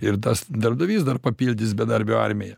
ir tas darbdavys dar papildys bedarbių armiją